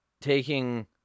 ...taking